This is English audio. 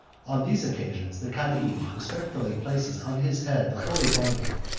on these occasions, the cadhi respectfully places on his head the holy volume,